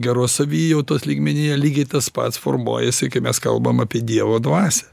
geros savijautos lygmenyje lygiai tas pats formuojasi kai mes kalbam apie dievo dvasią